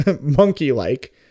monkey-like